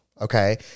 Okay